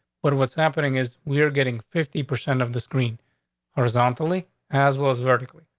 but what's happening is we're getting fifty percent of the screen horizontally as well as vertically.